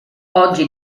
oggi